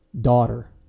daughter